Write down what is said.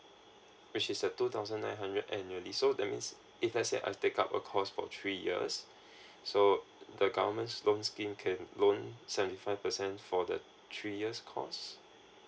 which is a two thousand nine hundred annually so that means if let say I take up a course for three years so the government loan scheme can loan seventy five percent for the three years course